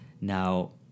Now